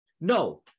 no